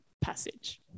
passage